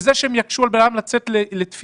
בזה שהם יקשו על אדם לצאת לתפילה,